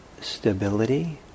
stability